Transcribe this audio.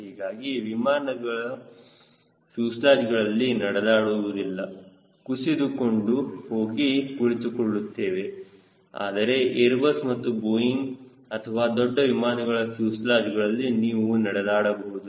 ಹೀಗಾಗಿ ವಿಮಾನಗಳ ಫ್ಯೂಸೆಲಾಜ್ ಗಳಲ್ಲಿ ನಡೆದಾಡುವುದಿಲ್ಲ ಕುಸಿದುಕೊಂಡು ಹೋಗಿ ಕುಳಿತುಕೊಳ್ಳಬೇಕು ಆದರೆ ಏರ್ ಬಸ್ ಅಥವಾ ಬೋಯಿಂಗ್ ಅಥವಾ ದೊಡ್ಡ ವಿಮಾನಗಳ ಫ್ಯೂಸೆಲಾಜ್ಗಳಲ್ಲಿ ನೀವು ನಡೆದಾಡಬಹುದು